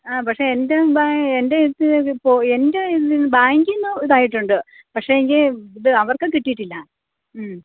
ആ പക്ഷേ എൻ്റെ എൻ്റെ ഇതിൽനിന്ന് പോയി എൻ്റെ ഇതിൽനിന്ന് ബാങ്കിന് ഇതായിട്ടുണ്ട് പക്ഷേങ്കിൽ ഇത് അവർക്ക് കിട്ടിയിട്ടില്ല മ്